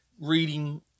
reading